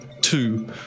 two